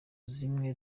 zimwe